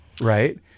Right